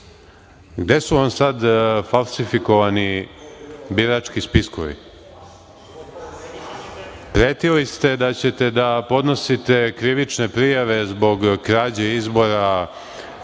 Gde su vam sada falsifikovani birački spiskovi? Pretili ste da ćete da podnosite krivične prijave zbog krađe izbora